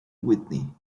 whitney